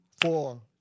four